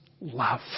love